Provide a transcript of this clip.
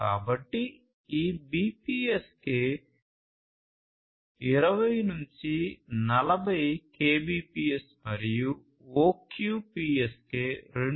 కాబట్టి ఈ BPSK 20 నుండి 40 kbps మరియు OQPSK 2